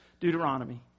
Deuteronomy